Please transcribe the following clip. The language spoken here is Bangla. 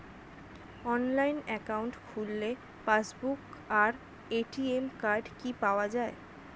অনলাইন অ্যাকাউন্ট খুললে পাসবুক আর এ.টি.এম কার্ড কি পাওয়া যায়?